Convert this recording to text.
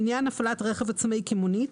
לעניין הפעלת רכב עצמאי כמונית,